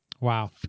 Wow